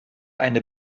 eine